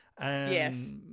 Yes